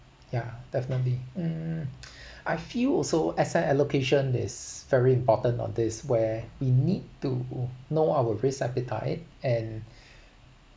yeah definitely mm I feel also asset allocation is very important on this where we need to know our risk appetite and